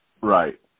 Right